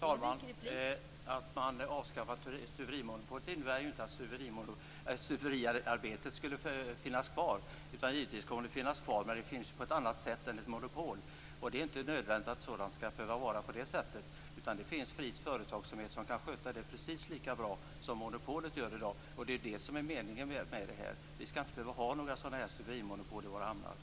Fru talman! Att avskaffa stuverimonopolet innebär inte att stuveriarbetet inte finns kvar. Det finns givetvis kvar, men på ett annat sätt än med ett monopol. Det är inte nödvändigt att den här verksamheten drivs i form av monopol, utan det finns fri företagsamhet som kan sköta det precis lika bra som monopolet kan göra i dag. Det är det som är meningen med det här. Vi skall inte behöva ha stuverimonopol i våra hamnar.